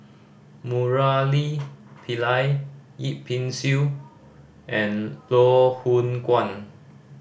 Murali Pillai Yip Pin Xiu and Loh Hoong Kwan